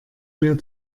mir